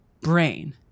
brain